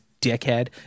dickhead